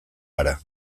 gara